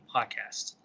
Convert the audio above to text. Podcast